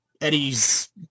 Eddie's